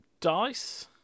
dice